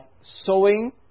sowing